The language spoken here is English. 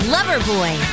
Loverboy